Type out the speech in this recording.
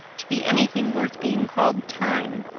to be anything worth being called time.